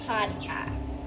Podcast